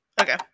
Okay